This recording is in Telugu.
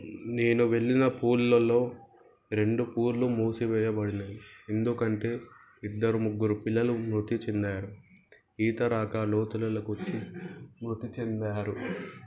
నేను వెళ్ళిన పూల్లలో రెండు పూల్లు మూసి వేయబడినవి ఎందుకంటే ఇద్దరు ముగ్గురు పిల్లలు మృతి చెందారు ఈతరాక లోతులోకి వచ్చి మృతి చెందారు